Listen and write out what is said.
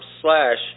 slash